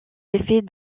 effets